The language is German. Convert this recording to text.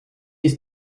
ist